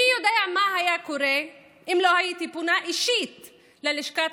מי יודע מה היה קורה אילו לא הייתי פונה אישית ללשכת